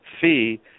fee